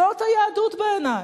זאת היהדות בעיני.